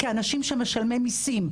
כאנשים שמשלמי מיסים,